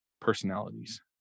personalities